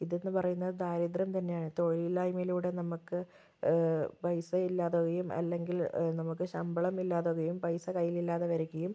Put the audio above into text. ഇതെന്ന് പറയുന്നത് ദാരിദ്ര്യം തന്നെയാണ് തൊഴിലില്ലായ്മയിലൂടെ നമുക്ക് പൈസ ഇല്ലാതാവുകയും അല്ലെങ്കില് നമ്മൾക്ക് ശമ്പളം ഇല്ലാതാകുകയും പൈസ കൈയില് ഇല്ലാതെ വരികയും